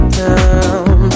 down